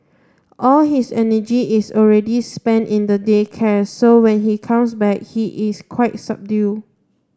all his energy is already spent in the day care so when he comes back he is quite subdued